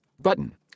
Button